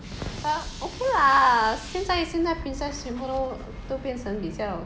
but okay lah 现在现在 princess 全部都变得比较